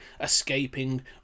escaping